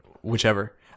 whichever